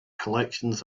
collections